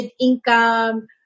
income